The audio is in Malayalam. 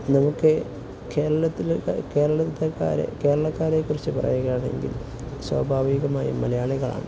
നമുക്ക് കേരളക്കാരെക്കുറിച്ച് പറയുകയാണെങ്കിൽ സ്വാഭാവികമായി മലയാളികളാണ്